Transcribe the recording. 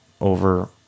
over